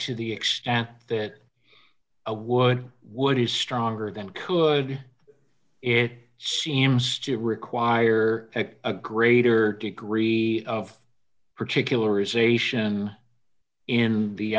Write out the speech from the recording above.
to the extent that a would would be stronger than could it seems to require a greater degree of particular i